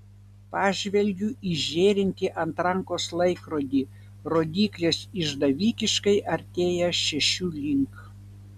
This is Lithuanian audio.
pažvelgiu į žėrintį ant rankos laikrodį rodyklės išdavikiškai artėja šešių link